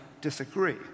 disagree